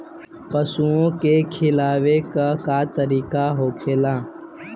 पशुओं के खिलावे के का तरीका होखेला?